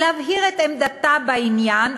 להבהיר את עמדתה בעניין,